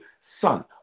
Son